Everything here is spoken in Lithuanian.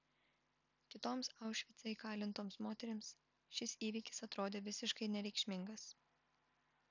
kitoms aušvice įkalintoms moterims šis įvykis atrodė visiškai nereikšmingas